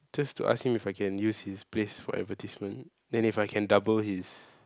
just to ask him if I can use his place for advertisement then if I can double his